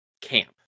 camp